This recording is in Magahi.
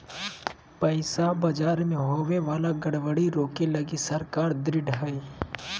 पैसा बाजार मे होवे वाला गड़बड़ी रोके लगी सरकार ढृढ़ हय